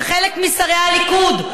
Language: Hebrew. וחלק משרי הליכוד,